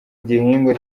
igihingwa